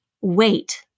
Wait